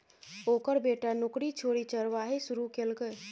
ओकर बेटा नौकरी छोड़ि चरवाही शुरू केलकै